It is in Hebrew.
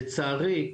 לצערי,